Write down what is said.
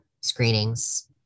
screenings